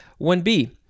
1B